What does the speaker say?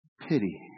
Pity